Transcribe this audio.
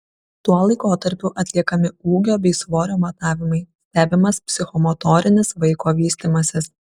tuo laikotarpiu atliekami ūgio bei svorio matavimai stebimas psichomotorinis vaiko vystymasis